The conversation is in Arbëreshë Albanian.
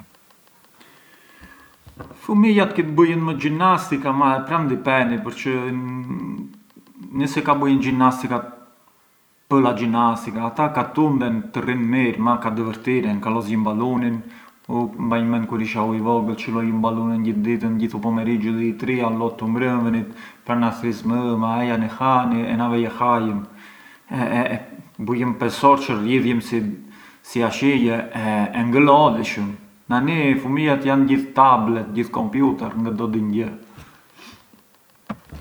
Fëmijat kish bujën më ginnastica ma pran dipendi përçë ngë se ka bujën ginnastica pë’ la ginnastica, ata ka tunden të rrin mirë, ma ka divërtiren, ka lozjën balunin, u mbanj ment kur isha i vogël çë luajëm balun gjith ditën, gjith u pomeriggiu dhi i tri fina all’ottu mbrënvenit, përçë pran na thërrisjë mëma, ejani hani e na vej‘ e hajëm e bujëm pesë orë çë rrjidhjëm si ashije, e ngë lodheshëm, nani fëmijat jan gjithë tablet, gjithë computer e ngë do dinë gjë.